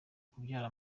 kubyara